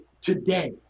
today